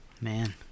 Man